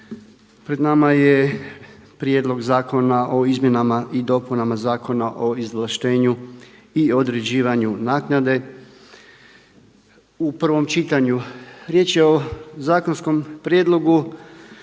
Prihvaća se prijedlog Zakona o izmjenama i dopunama Zakona o izvlaštenju i određivanju naknade. 2. Sve primjedbe i prijedlozi